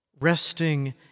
resting